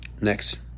Next